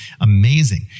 Amazing